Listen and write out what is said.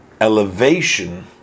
elevation